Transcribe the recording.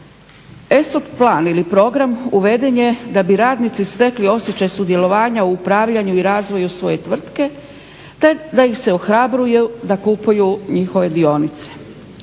ESOP plan ili program uveden je da bi radnici stekli osjećaj sudjelovanja u upravljanju i razvoju svoje tvrtke te da ih se ohrabruju da kupuju njihove dionice.